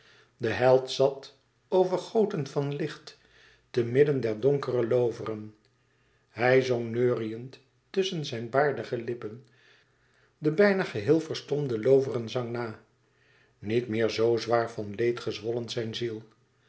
de held zat overgoten van licht te midden der donkere looveren hij zong neuriënd tusschen zijn baardige lippen de bijna geheel verstomde looverenzang na niet meer zo zwaar van leed gezwollen zijn ziel